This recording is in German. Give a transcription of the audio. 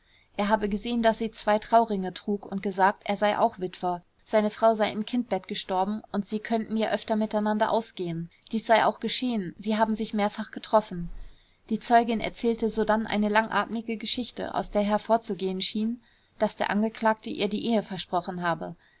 er habe gesehen daß sie zwei trauringe trug und gesagt er sei auch witwer seine frau sei im kindbett gestorben und sie könnten ja öfter miteinander ausgehen dies sei auch geschehen sie haben sich mehrfach getroffen die zeugin erzählte sodann eine langatmige geschichte aus der hervorzugehen schien daß der angeklagte ihr die ehe versprochen habe